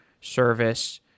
service